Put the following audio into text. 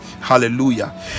hallelujah